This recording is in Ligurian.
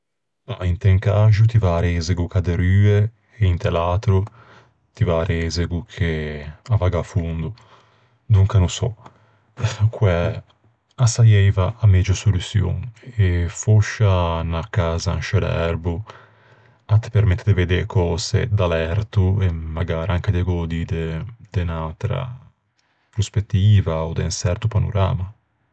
Mah, inte un caxo ti væ à reisego ch'a derrue e inte l'atro ti væ à reisego che a vagghe à fondo. Donca no sò quæ a saieiva a megio soluçion. Fòscia unna casa in sce l'erbo a te permette de vedde e cöse da l'erto e magara anche de gödî de-de unn'atra prospettiva, ò de un çerto panorama.